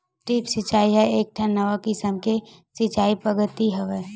drip सिचई ह एकठन नवा किसम के सिचई पद्यति हवय